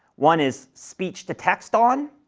one is speech to text on,